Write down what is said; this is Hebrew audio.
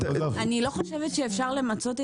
כבוד היו"ר, אני רוצה להגיד משהו.